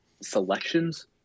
selections